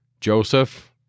Joseph